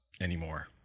anymore